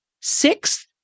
sixth